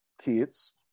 kids